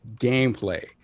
gameplay